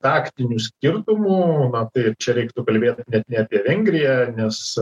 taktinių skirtumų na tai čia reiktų kalbėt net ne apie vengriją nes